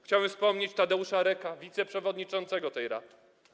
Chciałbym wspomnieć Tadeusza Reka, wiceprzewodniczącego tej rady.